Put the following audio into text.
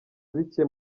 bike